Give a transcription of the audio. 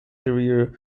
career